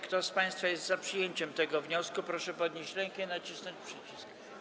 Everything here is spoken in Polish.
Kto z państwa jest za przyjęciem tego wniosku, proszę podnieść rękę i nacisnąć przycisk.